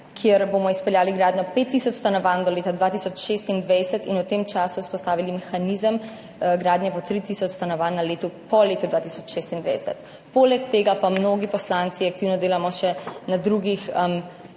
kjer bomo izpeljali gradnjo 5 tisoč stanovanj do leta 2026 in v tem času vzpostavili mehanizem gradnje po 3 tisoč stanovanj na leto po letu 2026. Poleg tega pa mnogi poslanci aktivno delamo še na drugih